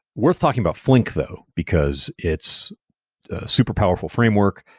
worth talking about flink though, because it's a super powerful framework.